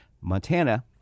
Montana